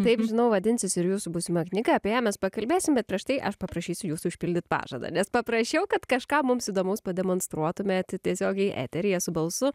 taip žinau vadinsis ir jūsų būsima knyga apie ją mes pakalbėsim bet prieš tai aš paprašysiu jūsų išpildyt pažadą nes paprašiau kad kažką mums įdomaus pademonstruotumėt tiesiogiai eteryje su balsu